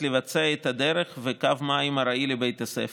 לבצע את הדרך וקו מים ארעי לבית הספר.